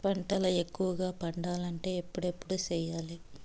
పంటల ఎక్కువగా పండాలంటే ఎప్పుడెప్పుడు సేయాలి?